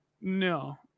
No